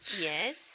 Yes